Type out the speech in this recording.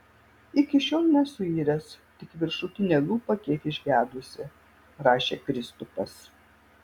iki šiol nesuiręs tik viršutinė lūpa kiek išgedusi rašė kristupas